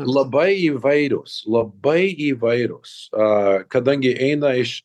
labai įvairios labai įvairios a kadangi eina iš